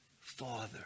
father